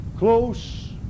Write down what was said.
close